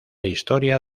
historia